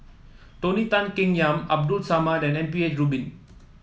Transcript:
Tony Tan Keng Yam Abdul Samad and M P H Rubin